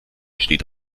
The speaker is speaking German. steht